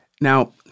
Now